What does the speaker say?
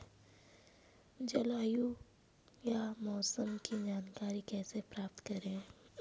जलवायु या मौसम की जानकारी कैसे प्राप्त करें?